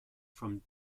from